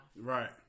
Right